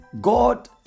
God